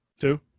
Two